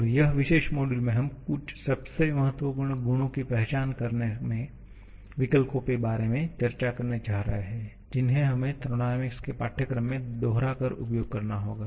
और यह विशेष मॉड्यूल में हम कुछ सबसे महत्वपूर्ण गुणों की पहचान करने के विकल्पों के बारे में चर्चा करने जा रहे हैं जिन्हें हमें थर्मोडायनामिक्स के पाठ्यक्रम में दोहराकर उपयोग करना होगा